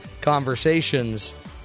conversations